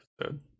episode